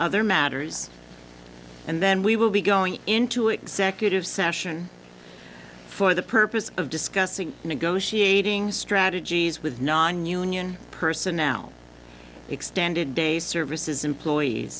other matters and then we will be going into executive session for the purpose of discussing negotiating strategies with nonunion person now extended day services employees